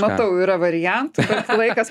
matau yra variantų bet laikas